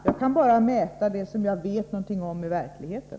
Jag kan bara mäta det som jag vet något om i verkligheten.